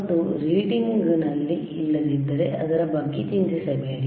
ಮತ್ತು ರೀಡಿಂಗ್ಗಳು ಇಲ್ಲಿ ಇಲ್ಲದಿದ್ದರೆ ಅದರ ಬಗ್ಗೆ ಚಿಂತಿಸಬೇಡಿ